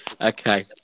Okay